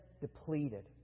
depleted